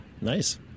Nice